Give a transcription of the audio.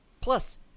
Plus